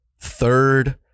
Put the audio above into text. third